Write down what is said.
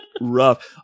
rough